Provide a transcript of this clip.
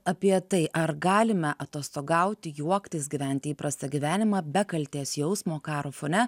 apie tai ar galime atostogauti juoktis gyventi įprastą gyvenimą be kaltės jausmo karo fone